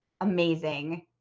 amazing